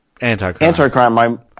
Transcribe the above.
anti-crime